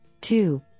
two